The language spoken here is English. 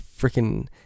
freaking